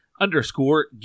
underscore